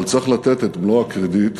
אבל צריך לתת את מלוא הקרדיט